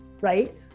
right